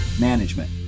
management